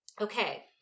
okay